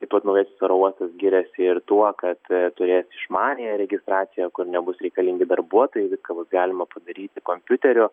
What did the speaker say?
į tuos naujasis oro uostas giriasi ir tuo kad turės išmaniąją registraciją kur nebus reikalingi darbuotojai viską bus galima padaryti kompiuteriu